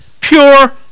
pure